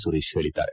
ಸುರೇಶ್ ಹೇಳಿದ್ದಾರೆ